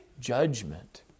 judgment